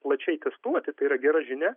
plačiai testuoti tai yra gera žinia